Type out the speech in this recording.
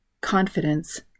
confidence